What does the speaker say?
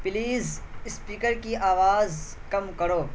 please speaker کی آواز کم کرو